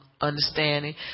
understanding